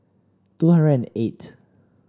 two hundred and eight